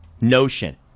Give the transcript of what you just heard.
notion